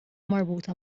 marbuta